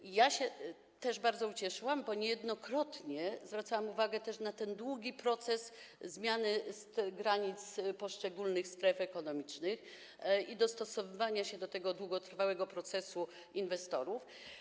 I ja się bardzo ucieszyłam, bo niejednokrotnie zwracałam uwagę też na ten długi proces zmiany granic poszczególnych stref ekonomicznych i dostosowywania się do długotrwałego procesu działania inwestorów.